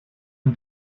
une